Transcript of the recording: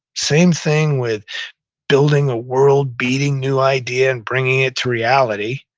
same thing with building a world-beating new idea and bringing it to reality.